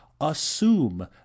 assume